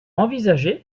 envisagée